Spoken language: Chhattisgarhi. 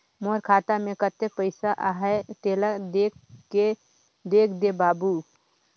मोर खाता मे कतेक पइसा आहाय तेला देख दे बाबु?